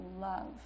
love